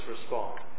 respond